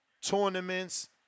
tournaments